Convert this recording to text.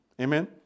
Amen